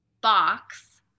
box